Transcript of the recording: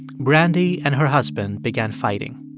brandy and her husband began fighting.